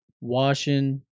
washing